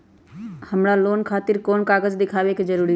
हमरा लोन खतिर कोन कागज दिखावे के जरूरी हई?